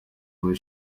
muri